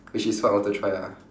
which is what I want to try lah